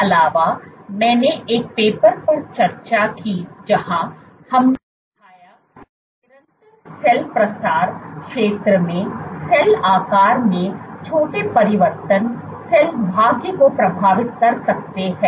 इसके अलावा मैंने एक पेपर पर चर्चा की जहां हमने दिखाया कि निरंतर सेल प्रसार क्षेत्र में सेल आकार में छोटे परिवर्तन सेल भाग्य को प्रभावित कर सकते हैं